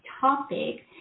topic